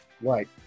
right